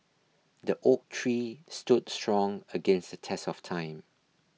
the oak tree stood strong against test of time